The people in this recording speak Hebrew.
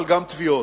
אבל גם תביעות,